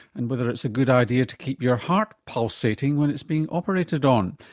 and whether it's a good idea to keep your heart pulsating when it's being operated on.